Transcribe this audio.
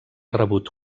rebut